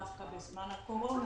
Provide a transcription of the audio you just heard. דווקא בזמן הקורונה,